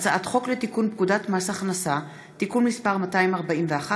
הצעת חוק לתיקון פקודת מס הכנסה (תיקון מס' 241),